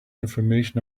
information